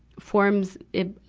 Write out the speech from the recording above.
forms, it,